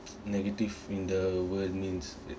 negative in the world means